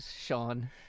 Sean